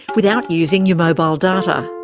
without using your mobile data.